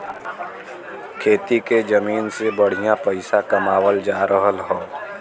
खेती के जमीन से बढ़िया पइसा कमावल जा रहल हौ